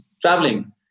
traveling